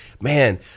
man